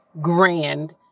grand